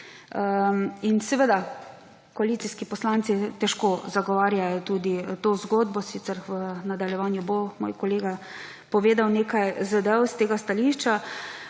Seveda koalicijski poslanci težko zagovarjajo tudi to zgodbo, sicer v nadaljevanju bo moj kolega povedal nekaj zadev s tega stališča.